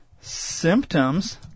Symptoms